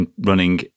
running